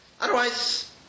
Otherwise